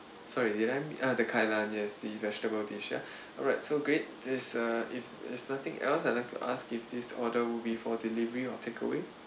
sorry did I uh the kai lan yes the vegetable dish ya alright so great this uh if there's nothing else I like to ask if this order would be for delivery or takeaway